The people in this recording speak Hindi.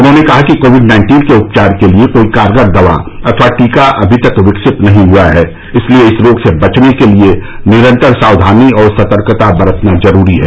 उन्होंने कहा कि कोविड नाइन्टीन के उपचार के लिए कोई कारगर दवा अथवा टीका अभी तक विकसित नहीं हुआ है इसलिए इस रोग से बचने के लिए निरन्तर सावधानी और सतर्कता बरतना जरूरी है